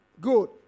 Good